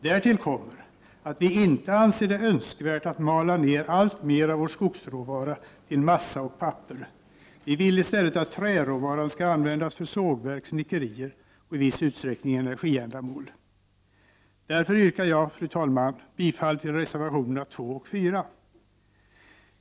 Därtill kommer att vi inte anser det önskvärt att mala ned alltmer av vår skogsråvara till massa och papper. Vi vill i stället att träråvaran skall användas för sågverk, snickerier och i viss utsträckning för energiändamål. Därför yrkar jag, fru talman, bifall till reservationerna 2 och 4.